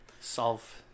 solve